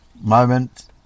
Moment